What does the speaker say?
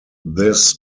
this